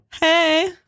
Hey